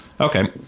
Okay